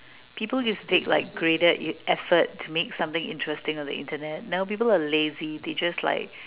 people used to take like greater effort to make something on the internet now people are lazy they just like